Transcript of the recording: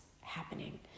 happening